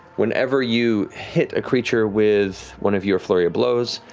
whenever you hit a creature with one of your flurry of blows,